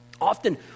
often